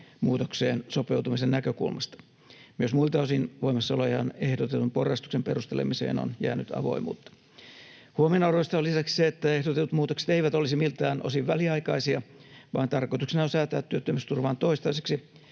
muutokseen sopeutumisen näkökulmasta. Myös muilta osin voimassaoloajan ehdotetun porrastuksen perustelemiseen on jäänyt avoimuutta. Huomionarvoista on lisäksi se, että ehdotetut muutokset eivät olisi miltään osin väliaikaisia vaan tarkoituksena on säätää työttömyysturvaan toistaiseksi